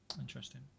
Interesting